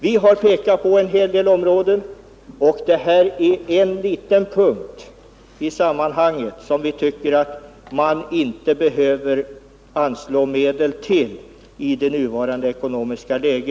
Vi har pekat på en hel del områden, och det här är en liten punkt i sammanhanget som vi tycker att man inte behöver anslå medel till i nuvarande ekonomiska läge.